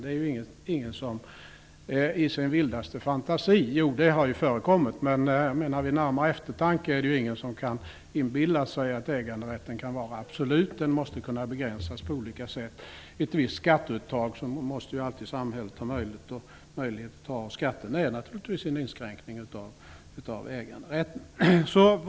Det finns ju ingen som i sin vildaste fantasi kan inbilla sig att äganderätten kan vara absolut. Jo, det har ju förekommit, men vid närmare eftertanke inser man att den måste kunna begränsas på olika sätt. Samhället måste alltid ha möjlighet till ett visst skatteuttag. Skatterna är naturligtvis en inskränkning av äganderätten.